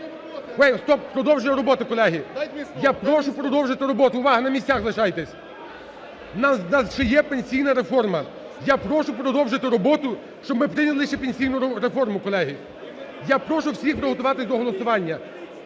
Стоп! Продовження роботи, колеги! Я прошу продовжити роботу. Увага, на місцях лишайтесь, у нас ще є пенсійна реформа. Я прошу продовжити роботу, щоб ми прийняли ще пенсійну реформу, колеги. Я прошу всіх приготуватися до голосування.